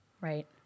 right